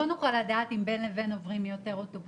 לא נוכל לדעת אם בין לבין יעברו שניים,